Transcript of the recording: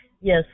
yes